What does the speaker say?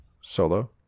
solo